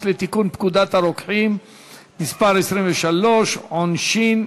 לתיקון פקודת הרוקחים (מס' 23) (עונשין,